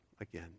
again